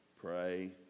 pray